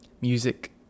music